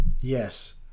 Yes